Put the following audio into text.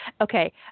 Okay